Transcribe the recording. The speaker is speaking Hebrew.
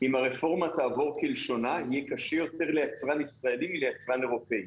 אם הרפורמה תעבור כלשונה יהיה קשה יותר ליצרן ישראלי מליצרן אירופאי.